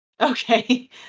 Okay